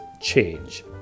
change